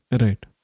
Right